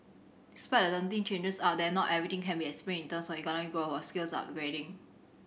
despite the daunting changes out there not everything can be explained in terms of economic growth or skills upgrading